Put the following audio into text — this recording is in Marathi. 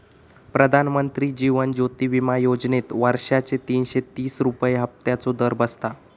प्रधानमंत्री जीवन ज्योति विमा योजनेत वर्षाचे तीनशे तीस रुपये हफ्त्याचो दर बसता